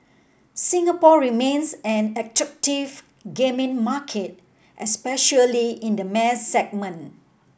Singapore remains an attractive gaming market especially in the mass segment